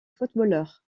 footballeur